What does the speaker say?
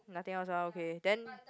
nothing else ah okay then